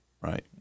Right